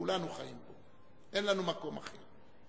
שכולנו חיים פה, אין לנו מקום אחר.